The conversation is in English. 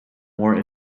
more